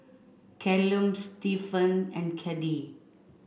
Callum Stephan and Caddie